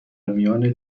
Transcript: میان